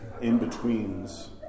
in-betweens